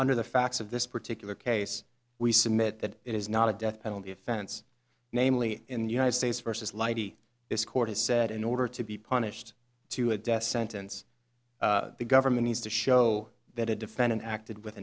under the facts of this particular case we submit that it is not a death penalty offense namely in the united states versus lighty this court has said in order to be punished to a death sentence the government needs to show that a defendant acted with